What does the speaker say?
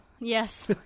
Yes